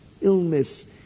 illness